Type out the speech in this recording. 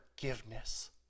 forgiveness